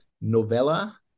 novella